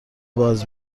باز